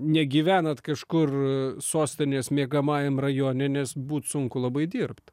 negyvenat kažkur sostinės miegamajam rajone nes būt sunku labai dirbt